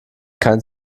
kein